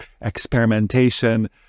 experimentation